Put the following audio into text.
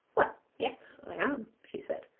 well, yes, i am she said.